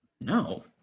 no